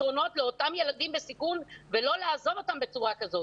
הפתרונות לאותם ילדים בסיכון ולא לעזוב אותם בצורה כזאת.